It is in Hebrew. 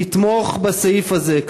לתמוך בסעיף הזה תודה.